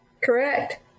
Correct